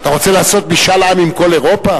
אתה רוצה לעשות משאל עַם עִם כל אירופה?